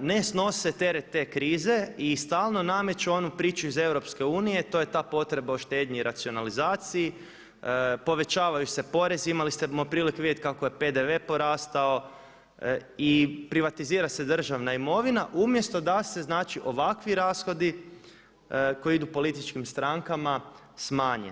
ne snose teret te krize i stalno nameću onu priču iz Europske unije, to je ta potreba o štednji i racionalizaciji, povećavaju se porezi, imali smo prilike vidjeti kako je PDV porastao i privatizira se državna imovina umjesto da se znači ovakvi rashodi koji idu političkim strankama smanje.